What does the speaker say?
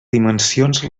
dimensions